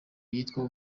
yitwa